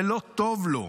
זה לא טוב לו.